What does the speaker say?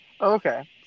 Okay